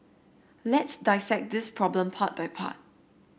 let's dissect this problem part by part